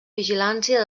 vigilància